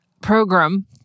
program